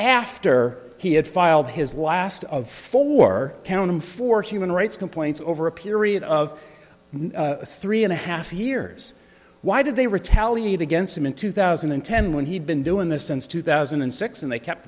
after he had filed his last of four count em for human rights complaints over a period of three and a half years why did they retaliate against him in two thousand and ten when he had been doing this since two thousand and six and they kept